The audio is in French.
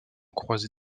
croisée